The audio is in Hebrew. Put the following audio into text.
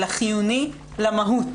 אלא חיוני למהות.